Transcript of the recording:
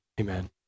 Amen